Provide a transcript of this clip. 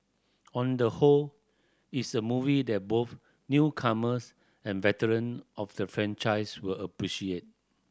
on the whole it's a movie that both newcomers and veteran of the franchise will appreciate